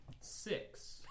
Six